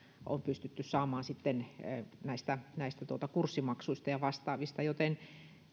on pystytty saamaan näistä näistä kurssimaksuista ja vastaavista joten